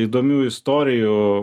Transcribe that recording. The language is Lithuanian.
įdomių istorijų